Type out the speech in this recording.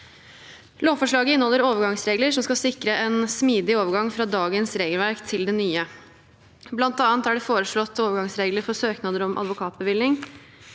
Lovforslaget inneholder overgangsregler som skal sikre en smidig overgang fra dagens regelverk til det nye. Blant annet er det foreslått overgangsregler for søknader om advokatbevilling,